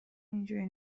اینجوری